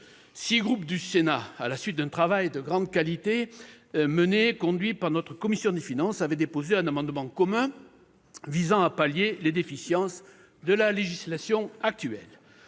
Six groupes du Sénat, à la suite d'un travail de grande qualité conduit par notre commission des finances, ont déposé chacun un amendement visant à pallier les déficiences de la législation actuelle.